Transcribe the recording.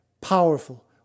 powerful